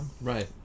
Right